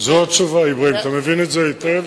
זו התשובה, אברהים, אתה מבין את זה היטב.